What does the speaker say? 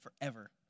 forever